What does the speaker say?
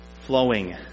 flowing